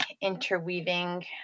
interweaving